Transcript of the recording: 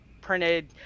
printed